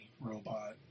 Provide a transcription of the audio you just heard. robot